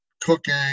cooking